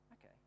okay